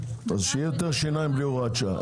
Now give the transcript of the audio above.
שיהיה לו יותר שיניים בלי הוראת שעה.